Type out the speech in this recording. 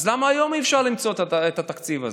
אז למה היום אי-אפשר למצוא את התקציב הזה?